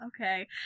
Okay